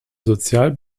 sozial